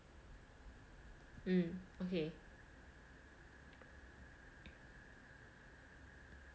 mm okay